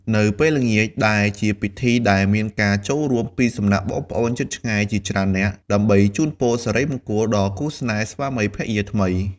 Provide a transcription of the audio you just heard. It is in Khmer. នៅពេលល្ងាចដែលជាពិធីដែលមានការចូលរួមពីសំណាក់បងប្អូនជិតឆ្ងាយជាច្រើននាក់ ដើម្បីជូនពរសិរីមង្គលដល់គូរស្នេហ៍ស្វាមីភរិយាថ្មី។